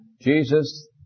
Jesus